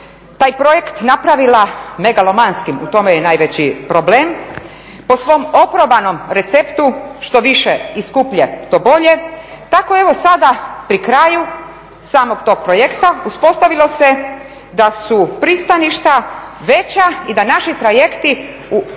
taj projekt napravila megalomanskim, u tome je najveći problem, po svom oprobanom receptu što više i skuplje to bolje, tako evo sada pri kraju samog tog projekta uspostavilo se da su pristaništa veća i da naši trajekti su preniski